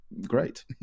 great